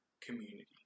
community